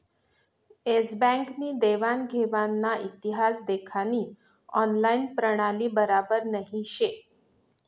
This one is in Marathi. एस बँक नी देवान घेवानना इतिहास देखानी ऑनलाईन प्रणाली बराबर नही शे